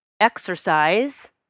exercise